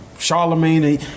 Charlemagne